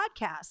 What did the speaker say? podcast